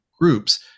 groups